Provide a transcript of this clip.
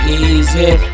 easy